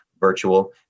virtual